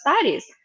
studies